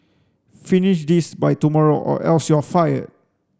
finish this by tomorrow or else you'll fired